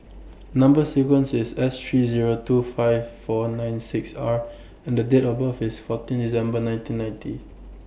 Number sequence IS S three Zero two five four nine six R and Date of birth IS fourteen December nineteen ninety